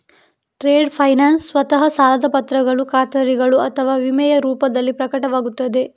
trade finance ಸ್ವತಃ ಸಾಲದ ಪತ್ರಗಳು ಖಾತರಿಗಳು ಅಥವಾ ವಿಮೆಯ ರೂಪದಲ್ಲಿ ಪ್ರಕಟವಾಗುತ್ತದೆ